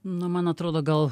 nu man atrodo gal